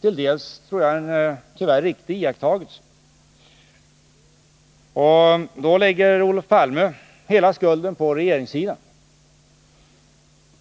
till dels tyvärr är en riktig iakttagelse. Då lägger Olof Palme hela skulden på regeringssidan.